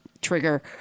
trigger